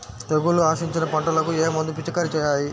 తెగుళ్లు ఆశించిన పంటలకు ఏ మందు పిచికారీ చేయాలి?